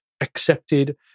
accepted